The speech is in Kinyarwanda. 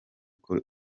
kuri